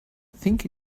think